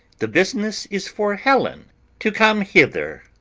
the business is for helen to come hither.